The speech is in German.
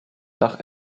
dach